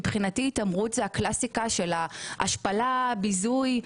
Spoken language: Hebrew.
לטעמי, התעמרות זה הקלאסיקה של ההשפלה, ביזוי.